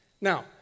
Now